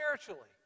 spiritually